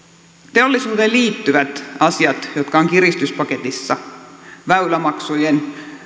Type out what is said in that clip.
teollisuuteen liittyvät asiat jotka ovat kiristyspaketissa väylämaksujen